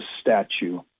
statue